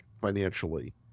financially